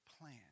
plan